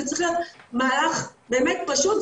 זה צריך להיות מהלך באמת פשוט,